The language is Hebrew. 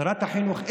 שרת החינוך,